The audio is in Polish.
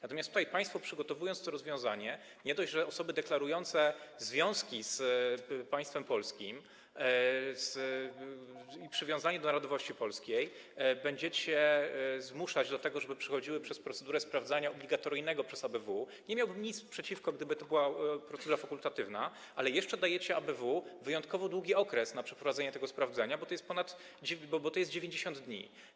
Natomiast tutaj państwo przygotowujący to rozwiązanie nie dość, że osoby deklarujące związki z państwem polskim i przywiązanie do narodowości polskiej będziecie zmuszać do tego, żeby przechodziły przez procedurę obligatoryjnego sprawdzania przez ABW - nie miałbym nic przeciwko, gdyby to była procedura fakultatywna - to jeszcze dajecie ABW wyjątkowo długi okres na przeprowadzenie tego sprawdzenia, bo to jest 90 dni.